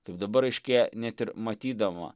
kaip dabar aiškėja net ir matydama